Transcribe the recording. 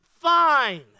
fine